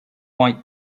white